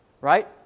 Right